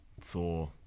thor